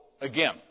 again